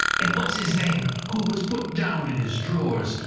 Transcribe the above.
and what's his name, who was put down in his drawers,